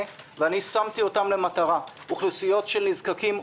ואני שמתי אותן כמטרה: אוכלוסיות של נזקקים,